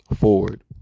forward